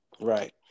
Right